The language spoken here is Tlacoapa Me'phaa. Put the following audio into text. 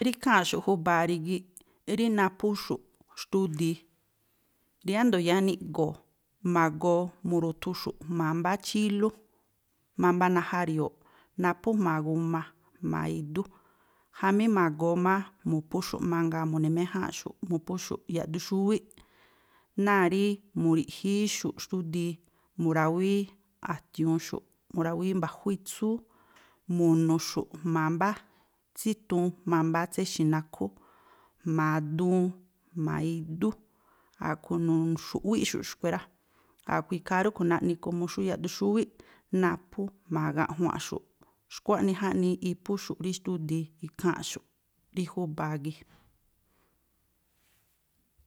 Rí ikháa̱nꞌxu̱ júba̱a rígíꞌ, rí naphúxu̱ꞌ, xtúdii, riándo̱ yáá niꞌgo̱o̱, ma̱goo mu̱ru̱thuxu̱ꞌ jma̱a mbá chílú, mámbá najári̱yo̱o̱ꞌ, naphú jma̱a guma, jma̱a idú, jamí ma̱goo má mu̱phúxu̱ꞌ mangaa, mu̱ni̱méjáánꞌxu̱ꞌ mu̱phúxu̱ꞌ yaꞌduxúwíꞌ náa̱ rí mu̱riꞌjíí xu̱ꞌ xtúdii, mu̱rawíí a̱tiu̱un xu̱ꞌ, mu̱rawíí mba̱jú itsúú, mu̱nu̱xu̱ꞌ jma̱a mbá tsítuun jma̱a mbá tséxi̱ nakhú, jma̱a duun, jma̱a idú, a̱khui̱ nu̱xu̱ꞌwíꞌxu̱ꞌ xkui̱ rá. A̱ꞌkhui̱ ikhaa ríꞌkhui̱ naꞌni komo xú yaꞌduun xúwíꞌ naphú jma̱a gaꞌjuanꞌxu̱ꞌ. Xkua̱ꞌnii jaꞌnii iphúxu̱ꞌ rí xtúdii ikháa̱nꞌxu̱ꞌ rí júba̱a gii̱.